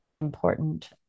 important